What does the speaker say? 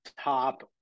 top